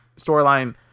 storyline